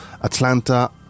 Atlanta